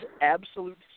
absolute